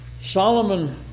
Solomon